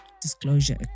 disclosure